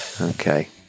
Okay